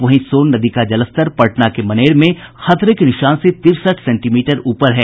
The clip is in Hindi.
वहीं सोन नदी का जलस्तर पटना के मनेर में खतरे के निशान से तिरसठ सेंटीमीटर ऊपर है